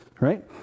Right